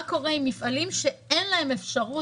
מה קורה עם מפעלים שאין להם אפשרות,